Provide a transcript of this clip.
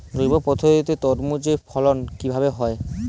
জৈব পদ্ধতিতে তরমুজের ফলন কিভাবে হয়?